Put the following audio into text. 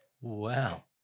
Wow